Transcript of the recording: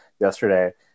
yesterday